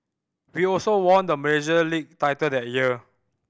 we also won the Malaysia League title that year